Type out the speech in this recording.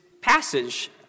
passage